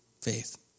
Faith